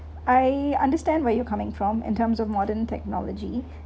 I understand where you're coming from and terms of modern technology